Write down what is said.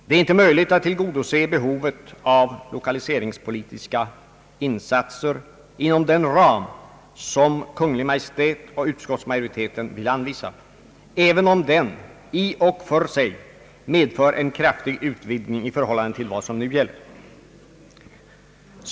Det är inte möjligt att tillgodose behovet av lokaliseringspolitiska insatser inom den ram som Kungl. Maj:t och utskottsmajoriteten vill anvisa, även om den i och för sig medför en kraftig utvidgning i förhållande till vad som nu gäller.